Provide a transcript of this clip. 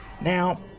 Now